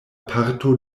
parto